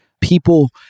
people